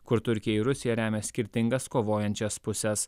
kur turkija ir rusija remia skirtingas kovojančias puses